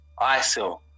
ISIL